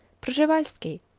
przhevalsky,